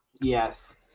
Yes